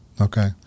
Okay